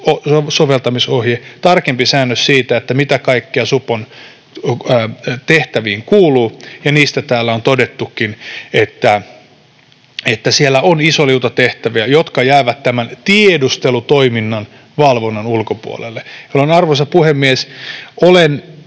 soveltamisohje, tarkempi säännös siitä, mitä kaikkea supon tehtäviin kuuluu, ja niistä täällä on todettukin, että siellä on iso liuta tehtäviä, jotka jäävät tämän tiedustelutoiminnan valvonnan ulkopuolelle. Tällöin, arvoisa puhemies,